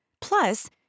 Plus